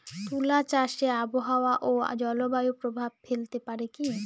তুলা চাষে আবহাওয়া ও জলবায়ু প্রভাব ফেলতে পারে কি?